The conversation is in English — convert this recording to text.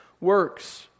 works